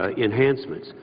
ah enhancements,